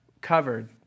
covered